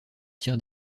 tir